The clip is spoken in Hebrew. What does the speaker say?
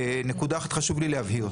נקודה אחת חשוב לי להבהיר.